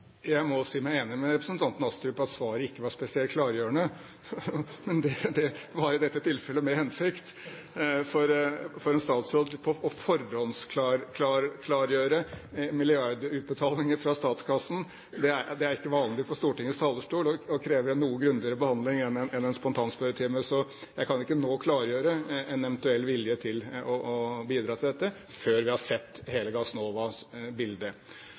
Jeg må si meg enig med representanten Astrup i at svaret ikke var spesielt klargjørende. Men det var i dette tilfellet med hensikt, for for en statsråd å forhåndsklargjøre milliardutbetalinger fra statskassen er ikke vanlig fra Stortingets talerstol og krever en noe grundigere behandling enn en spontanspørretime. Så jeg kan ikke nå klargjøre en eventuell vilje til å bidra til dette før vi har sett hele Gassnovas